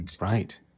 Right